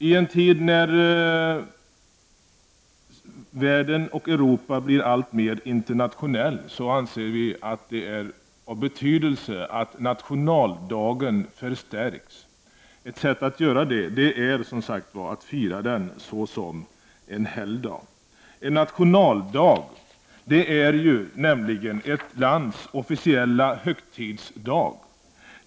I en tid då Europa och övriga världen blir alltmer internationell anser vi att det är av betydelse att nationaldagen förstärks. Ett sätt att göra det är, som sagt, att fira den som helgdag. En nationaldag är ju ett lands officiella högtidsdag.